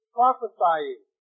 prophesying